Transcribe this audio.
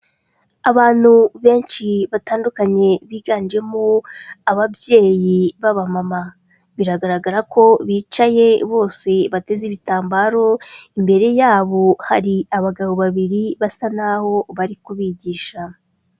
Abantu benshi batandukanye biganjemo ababyeyi b'abamama, biragaragara ko bicaye bose bateze ibitambaro, imbere yabo hari abagabo babiri basa naho bari kubigisha.